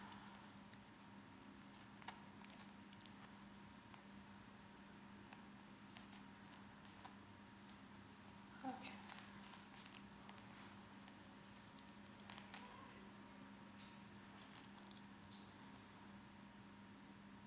okay